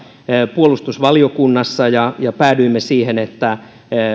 puolustusvaliokunnassa ja päädyimme siihen että